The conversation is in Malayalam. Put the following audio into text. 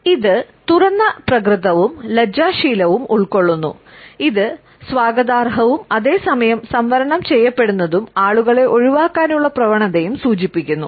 അതിനാൽ ഇത് തുറന്ന പ്രകൃതവും ലജ്ജാശീലവും ഉൾക്കൊള്ളുന്നു ഇത് സ്വാഗതാർഹവും അതേ സമയം സംവരണം ചെയ്യപ്പെടുന്നതും ആളുകളെ ഒഴിവാക്കാനുള്ള പ്രവണതയും സൂചിപ്പിക്കുന്നു